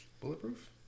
Bulletproof